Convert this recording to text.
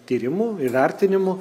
tyrimų įvertinimų